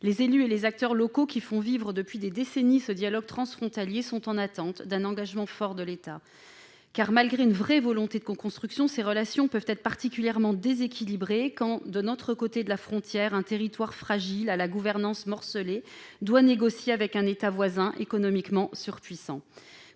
Les élus et les acteurs locaux qui font vivre depuis des décennies ce dialogue transfrontalier sont en attente d'un engagement fort de l'État, car, malgré une vraie volonté de coconstruction, ces relations peuvent être particulièrement déséquilibrées quand, de notre côté de la frontière, un territoire fragile à la gouvernance morcelée doit négocier avec un État voisin économiquement surpuissant.